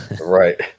right